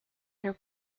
her